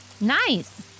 Nice